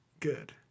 Good